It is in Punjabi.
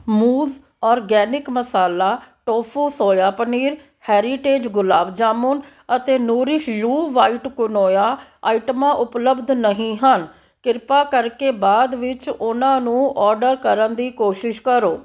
ਮੂਜ਼ organic masala tofu soya paneer heritage gulab jamun ਅਤੇ ਨੂਰਿਸ਼ ਯੂ ਵ੍ਹਾਈਟ ਕੁਇਨੋਆ ਆਈਟਮਾਂ ਉਪਲਬਧ ਨਹੀਂ ਹਨ ਕਿਰਪਾ ਕਰਕੇ ਬਾਅਦ ਵਿੱਚ ਉਹਨਾਂ ਨੂੰ ਔਡਰ ਕਰਨ ਦੀ ਕੋਸ਼ਿਸ਼ ਕਰੋ